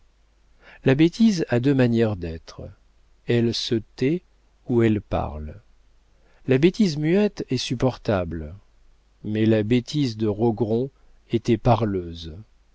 la bêtise a deux manières d'être elle se tait ou elle parle la bêtise muette est supportable mais la bêtise de rogron était parleuse